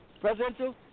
presidential